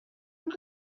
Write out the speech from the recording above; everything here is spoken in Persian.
گفت